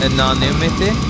Anonymity